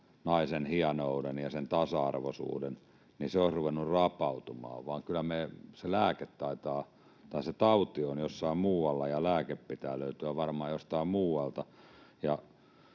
naisen hienous ja se tasa-arvoisuus, olisi ruvennut rapautumaan, vaan kyllä se tauti on jossain muualla ja lääkkeen pitää löytyä varmaan jostain muualta.